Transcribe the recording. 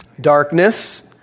Darkness